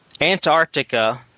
Antarctica